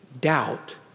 Doubt